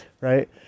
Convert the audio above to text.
Right